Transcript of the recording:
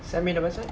send me the website